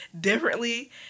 differently